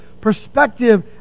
perspective